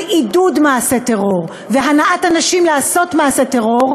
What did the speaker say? עידוד מעשה טרור והנעת אנשים לעשות מעשה טרור,